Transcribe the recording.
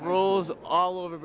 rules all over